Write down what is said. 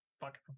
Fuck